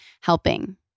helping